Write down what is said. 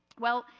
well,